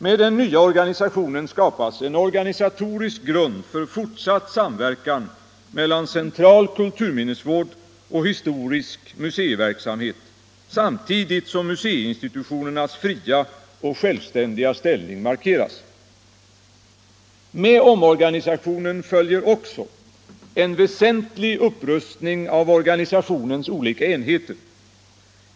Med den nya organisationen skapas en organisatorisk grund för fortsatt samverkan mellan central kulturminnesvård och historisk museiverksamhet, samtidigt som museiinstitutionernas fria och självständiga ställning markeras. Med omorganisationen följer också en väsentlig upprustning av organisationens olika enheter.